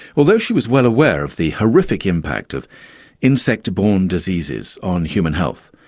although she was well aware of the horrific impact of insect-borne diseases on human health,